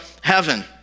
heaven